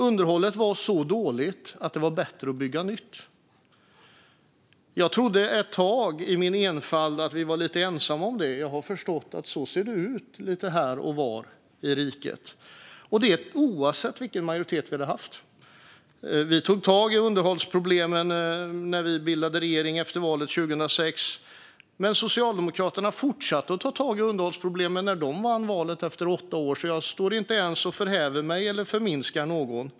Underhållet var så eftersatt att det var bättre att bygga nytt. I min enfald trodde jag att vi var lite ensamma om detta, men jag har förstått att så här ser det ut lite här och var i riket - och det oavsett politisk majoritet. Vi tog tag i underhållsproblemen när vi bildade regering efter valet 2006, och Socialdemokraterna fortsatte med det när de vann valet åtta år senare - så jag varken förhäver mig eller förminskar någon.